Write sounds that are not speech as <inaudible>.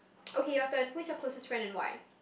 <noise> okay your turn who's your closest friend and why